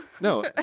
no